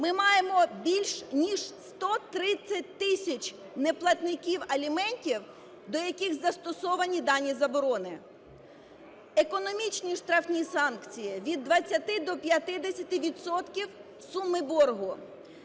ми маємо більш, ніж 130 тисяч неплатників аліментів, до яких застосовані дані заборони. Економічні штрафні санкції: від 20 до 50 відсотків суми боргу.